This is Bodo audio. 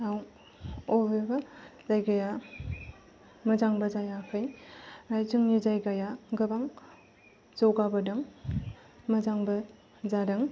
बबेबा जायगाया मोजांबो जायाखै आरो जोंनि जायगाया गोबां जौगाबोदों मोजांबो जादों